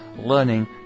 learning